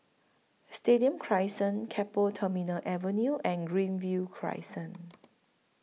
Stadium Crescent Keppel Terminal Avenue and Greenview Crescent